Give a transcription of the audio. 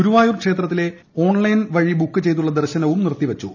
ഗുരുവായൂർ ക്ഷേത്രത്തിലെ ഓൺലൈൻ വഴി ബുക്ക് ചെയ്തുള്ള ദർശനവും നിർത്തിവച്ചു